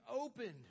opened